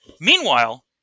Meanwhile